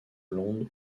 blonde